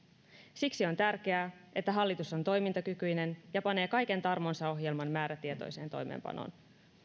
siksi on tärkeää että hallitus on toimintakykyinen ja panee kaiken tarmonsa ohjelman määrätietoiseen toimeenpanoon